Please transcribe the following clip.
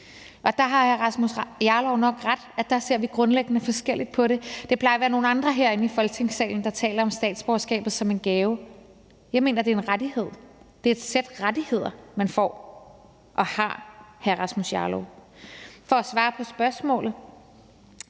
og der har hr. Rasmus Jarlov nok ret i, at vi grundlæggende ser forskelligt på det. For det plejer at være nogle andre herinde i Folketingssalen, der taler om statsborgerskabet som en gave, og jeg mener, at det er en rettighed, et sæt rettigheder, man får og har, hr. Rasmus Jarlov. For at svare på spørgsmålet